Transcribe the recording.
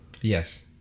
Yes